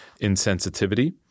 insensitivity